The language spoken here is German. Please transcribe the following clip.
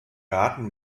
garten